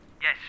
Yes